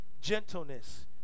gentleness